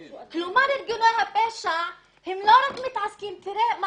כלומר, תראה מה